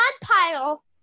pile